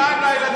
להלן